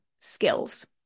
skills